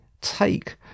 take